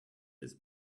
his